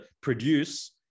produce